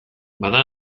bada